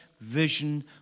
vision